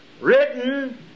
written